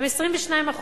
הן 22%,